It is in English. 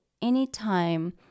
Anytime